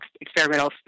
experimental